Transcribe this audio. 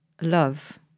love